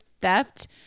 theft